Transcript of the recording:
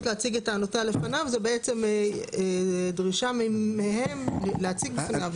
להציג את טענותיה לפניו' זה בעצם דרישה מהם להציג בפניו.